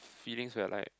feeling where like